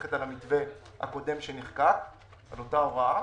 ללכת על המתווה הקודם שנחקק על אותה הוראה